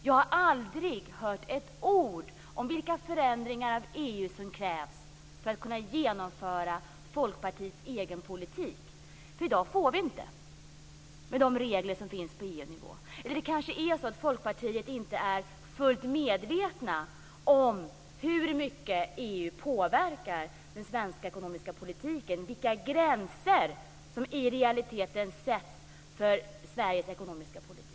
Jag har aldrig hört ett ord om vilka förändringar av EU som krävs för att kunna genomföra Folkpartiets egen politik. I dag får vi nämligen inte det, med de regler som finns på EU nivå. Eller är det kanske så att Folkpartiet inte är fullt medvetet om hur mycket EU påverkar den svenska ekonomiska politiken, och vilka gränser som i realiteten sätts för Sveriges ekonomiska politik?